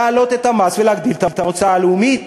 להעלות את המס ולהגדיל את ההוצאה הלאומית.